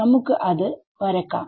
നമുക്ക് അത് വരക്കാം